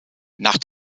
nach